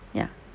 ya